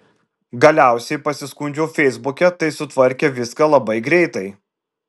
galiausiai pasiskundžiau feisbuke tai sutvarkė viską labai greitai